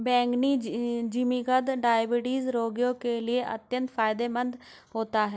बैंगनी जिमीकंद डायबिटीज के रोगियों के लिए अत्यंत फायदेमंद होता है